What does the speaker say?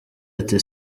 ati